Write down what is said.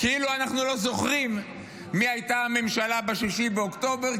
כאילו אנחנו לא זוכרים מי הייתה הממשלה ב-6 באוקטובר,